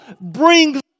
brings